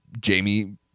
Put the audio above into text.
Jamie